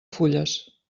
fulles